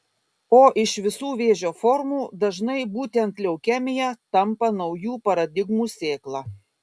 o iš visų vėžio formų dažnai būtent leukemija tampa naujų paradigmų sėkla